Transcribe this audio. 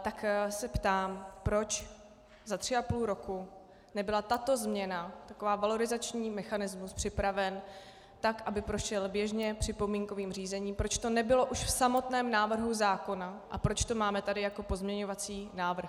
Tak se ptám, proč za tři a půl roku nebyla tato změna, valorizační mechanismus, připravena tak, aby prošel běžně připomínkovým řízením, proč to nebylo už v samotném návrhu zákona a proč to máme tady jako pozměňovací návrh.